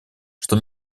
что